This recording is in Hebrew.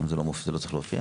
זה לא צריך להופיע?